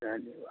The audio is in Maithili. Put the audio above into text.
धन्यवाद